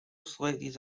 selected